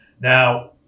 Now